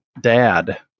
dad